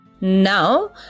Now